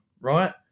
right